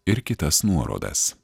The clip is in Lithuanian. ir kitas nuorodas